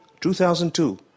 2002